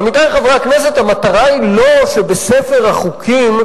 מעבר של לקוח מחברה לחברה היה אמור להיות פשוט יותר לאחר שמשרד התקשורת,